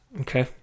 Okay